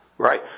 Right